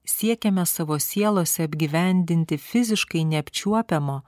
siekiame savo sielose apgyvendinti fiziškai neapčiuopiamo